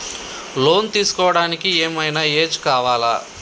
Loan తీస్కోవడానికి ఏం ఐనా ఏజ్ కావాలా?